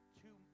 two